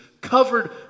covered